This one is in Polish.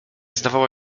zdawała